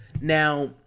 now